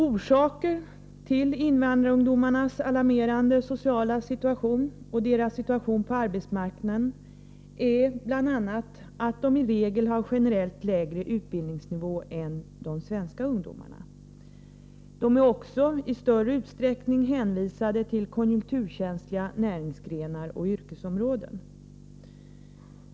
Orsakerna till invandrarungdomarnas alarmerande sociala situation och deras situation på arbetsmarknaden är bl.a. att de i regel har generellt lägre utbildningsnivå än de svenska ungdomarna. De är också i större utsträckning hänvisade till konjunkturkänsliga näringsgrenar och yrkesområden.